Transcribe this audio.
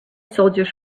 soldiers